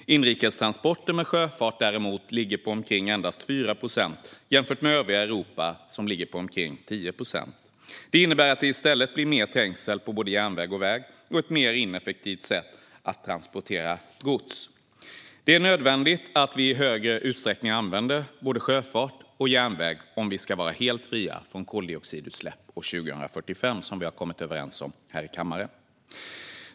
Inrikestransporter med sjöfart ligger däremot endast på omkring 4 procent, medan övriga Europa ligger på omkring 10 procent. Det innebär att det i stället blir mer trängsel på järnväg och väg och att dessa blir mer ineffektiva sätt att transportera gods. Det är nödvändigt att vi i större utsträckning använder både sjöfart och järnväg om vi ska vara helt fria från koldioxidutsläpp år 2045, som vi har kommit överens om här i kammaren.